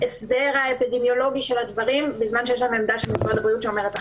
ההסדר האפידמיולוגי בזמן שיש עמדה של משרד הבריאות שאומרת אחרת.